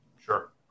Sure